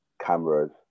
cameras